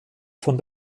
von